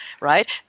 right